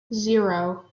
zero